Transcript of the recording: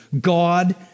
God